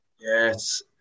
Yes